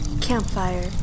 Campfire